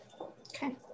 Okay